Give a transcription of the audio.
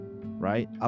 right